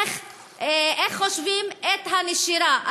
איך מחשבים את הנשירה?